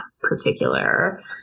particular